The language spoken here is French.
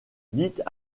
dites